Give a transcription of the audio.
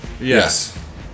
Yes